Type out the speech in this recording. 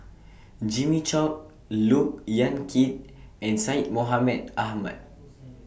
Jimmy Chok Look Yan Kit and Syed Mohamed Ahmed